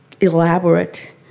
elaborate